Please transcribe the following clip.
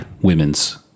women's